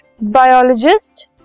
biologist